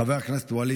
חבר הכנסת צבי